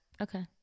okay